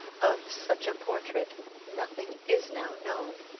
of such a portrait nothing is now known.